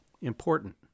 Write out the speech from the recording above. important